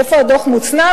איפה הדוח מוצנע?